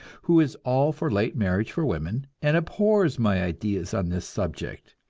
who is all for late marriage for women, and abhors my ideas on this subject.